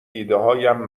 ایدههایم